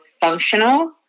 functional